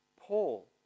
Paul